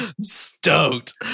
stoked